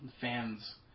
fans